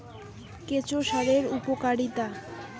কেঁচো সারের উপকারিতা?